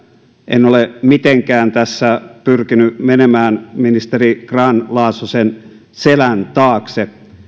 en ole mitenkään tässä pyrkinyt menemään ministeri grahn laasosen selän taakse